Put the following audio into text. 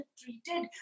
treated